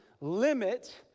limit